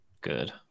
good